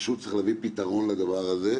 פשוט צריך להביא פתרון לדבר הזה.